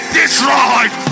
destroyed